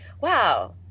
Wow